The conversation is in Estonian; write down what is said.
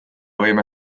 võime